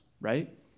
right